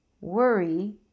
worry